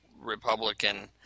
Republican